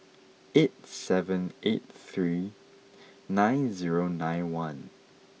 eight seven eight three nine zero nine one